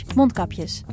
mondkapjes